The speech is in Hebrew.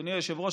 אדוני היושב-ראש,